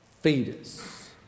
fetus